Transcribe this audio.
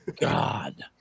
God